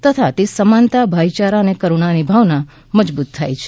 તથા તે સમાનતા ભાઈયારો અને કરૂણાની ભાવના મજબૂત થાય છે